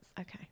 Okay